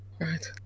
Right